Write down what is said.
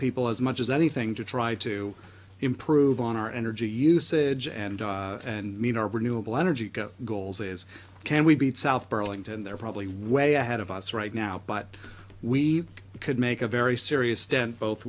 people as much as anything to try to improve on our energy usage and and mean are we knew a blender gigo goals is can we beat south burlington they're probably way ahead of us right now but we could make a very serious dent both